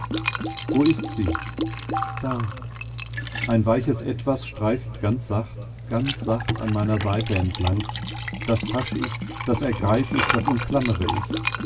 wo ist sie da ein weiches etwas streift ganz sacht ganz sacht an meiner seite entlang das hasch ich das ergreif ich das umklammere ich